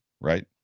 right